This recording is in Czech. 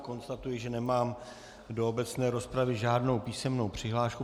Konstatuji, že nemám do obecné rozpravy žádnou písemnou přihlášku.